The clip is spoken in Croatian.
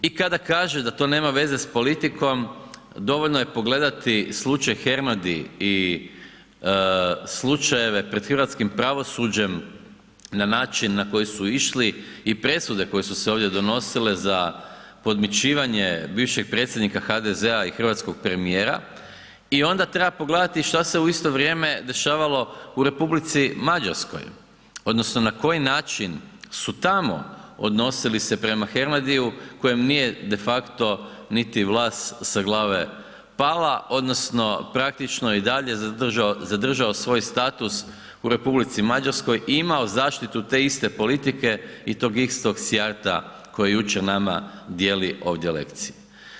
I kada kaže da to nema veze sa politikom dovoljno je pogledati slučaj Hernadi i slučajeve pred hrvatskim pravosuđem na način na koji su išli i presude koje su se ovdje donosile za podmićivanje bivšeg predsjednika HDZ-a i hrvatskog premijera i onda treba pogledati šta se u isto vrijeme dešavalo u Republici Mađarskoj, odnosno na koji način su tamo odnosili se prema Hernadiju kojem nije de facto niti vlas sa glave pala odnosno praktično je i dalje zadržao svoj status u Republici Mađarskoj i imao zaštitu te iste politike i tog istog Sijarta koji jučer nama dijeli ovdje lekcije.